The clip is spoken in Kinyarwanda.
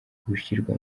gushyirwa